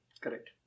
Correct